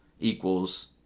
equals